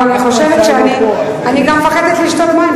אני גם מפחדת לשתות מים,